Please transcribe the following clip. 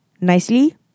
nicely